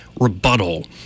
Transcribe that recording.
rebuttal